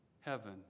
heaven